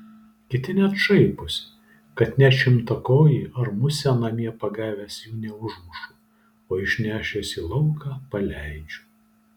kiti net šaiposi kad net šimtakojį ar musę namie pagavęs jų neužmušu o išnešęs į lauką paleidžiu